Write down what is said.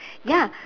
ya